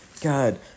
God